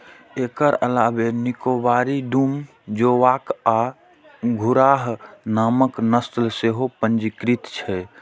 एकर अलावे निकोबारी, डूम, जोवॉक आ घुर्राह नामक नस्ल सेहो पंजीकृत छै